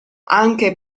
anche